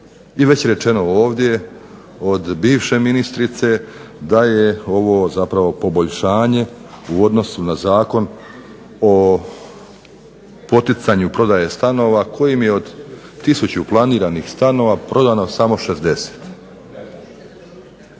I već rečeno ovdje, od bivše ministrice, da je ovo zapravo poboljšanje u odnosu na Zakon o poticanju prodaje stanova, kojim je od tisuću planiranih stanova prodano samo 60.